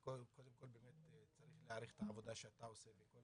ואני מעריך את העבודה שאתה עושה וגם